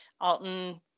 Alton